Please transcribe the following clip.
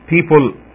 people